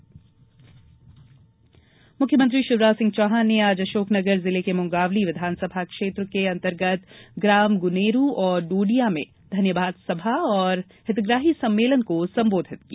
मुख्यमंत्री किसान मुख्यमंत्री शिवराज सिंह चौहान ने आज अशोक नगर जिले के मुंगावली विधानसभा क्षेत्र के अंतर्गत ग्राम गुनेरू और डोडिया में घन्यवाद सभा और हितग्राही सम्मेलन को संबोधित किया